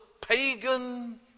pagan